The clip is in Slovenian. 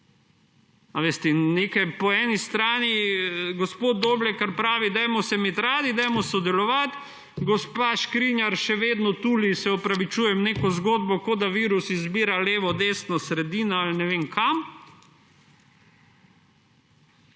zamočili? Po eni strani gospod Doblekar pravi, dajmo se imeti radi, dajmo sodelovati, gospa Škrinjar še vedno tuli – se opravičujem – neko zgodbo, kot da virus izbira levo, desno, sredina ali ne vem, kam.